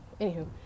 anywho